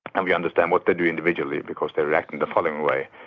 and we understand what they do individually because they react in the following way.